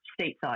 stateside